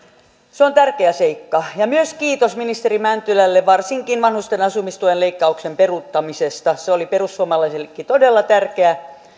se on tärkeä seikka ja myös kiitos ministeri mäntylälle varsinkin vanhusten asumistuen leikkauksen peruuttamisesta se oli perussuomalaisillekin todella tärkeää